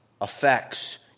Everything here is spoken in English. affects